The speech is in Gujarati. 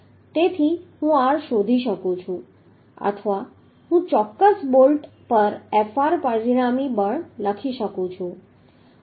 તેથી હું R શોધી શકું છું અથવા હું ચોક્કસ બોલ્ટ પર Fr પરિણામી બળ લખી શકું છું